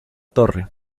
torre